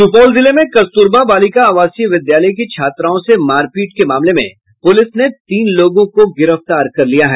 सुपौल जिले में कस्तूरबा बालिका आवासीय विद्यालय की छात्राओं से मारपीट के मामले में पुलिस ने तीन लोगों को गिरफ्तार किया है